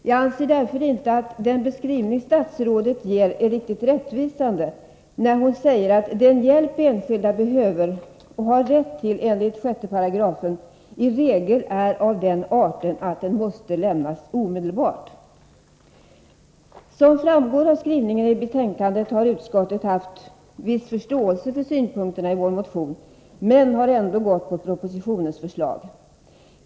Jag anser därför inte att den beskrivning statsrådet ger är riktigt rättvisande, när hon säger att den hjälp enskilda behöver och har rätt till enligt 6 § socialtjänstlagen i regel är av den arten att den måste lämnas omedelbart. Som framgår av skrivningen i betänkandet har utskottet haft viss förståelse för synpunkterna i vår motion, men har ändå gått på propositionens förslag.